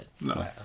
No